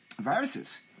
Viruses